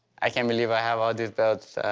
i can't believe i have all these belts.